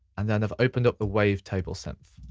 and then i've opened up the wavetable synth.